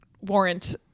warrant